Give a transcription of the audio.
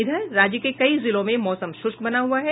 इधर राज्य के कई जिलों में मौसम शुष्क बना हुआ है